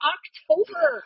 October